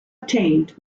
obtained